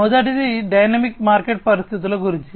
మొదటిది dynamic market పరిస్థితుల గురించి